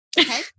Okay